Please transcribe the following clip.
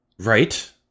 Right